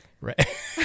Right